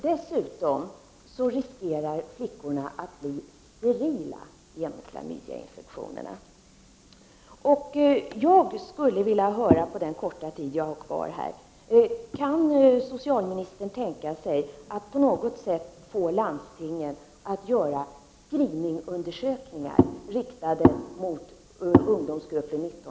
Dessutom riskerar flickorna att bli sterila genom klamydiainfektion.